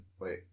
Wait